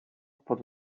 pod